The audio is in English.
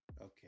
Okay